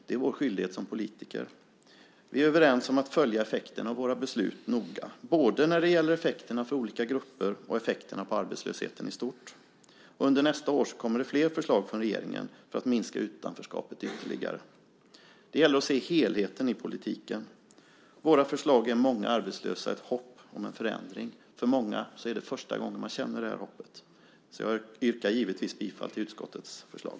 Det är vår skyldighet som politiker. Vi är överens om att noga följa effekten av våra beslut både när det gäller effekterna för olika grupper och när det gäller effekterna på arbetslösheten i stort. Under nästa år kommer det flera förslag från regeringen för att minska utanförskapet ytterligare. Det gäller att se helheten i politiken. Våra förslag ger många arbetslösa ett hopp om en förändring. För många är det första gången man känner det här hoppet. Jag yrkar givetvis bifall till utskottets förslag.